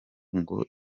ngo